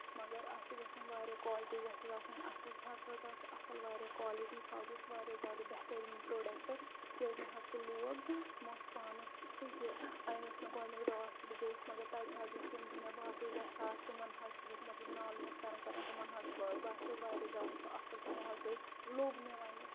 مَگر آسہِ گَژھٕنۍ واریاہ کولٹی گژھِ آسٕنۍ اَصٕل تَتھ حظ ٲس واریاہ اَصٕل کولٹی سُہ حظ اوس واریاہ زیادٕ بہتریٖن پروڈَکٹ ییٚلہِ مےٚ حظ سُہ لوگ موتھ پانَس تہٕ یہِ بہٕ گٔیَس مَگر تَتہِ حظ یِم تہِ مےٚ باقی ویسہ آسہٕ تِمن حظ لوگ مطلب نالہٕ موٚت کران کران تِمن حظ باسیو واریاہ زیادٕ سُہ اَصٕل تِمو حظ لوٚگ مےٚ وَنٕنہِ